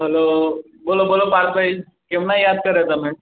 hello બોલો બોલો પાર્થભાઈ કેમના યાદ કર્યો તમે